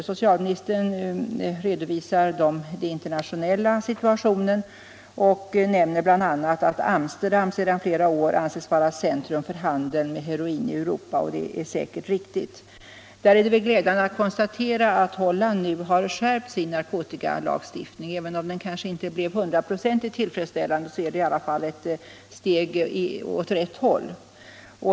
Socialministern redovisar den internationella situationen och nämner bl.a. att Amsterdam sedan flera år anses vara centrum för handeln med heroin i Europa. Detta är säkert riktigt. Det är glädjande att konstatera att Holland nu har skärpt sin narkotikalagstiftning. Även om den kanske inte blev hundraprocentigt tillfredsställande är den i alla fall ett steg åt rätt håll.